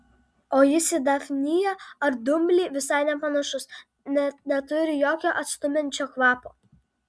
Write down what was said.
o jis į dafniją ar dumblį visai nepanašus net neturi jokio atstumiančio kvapo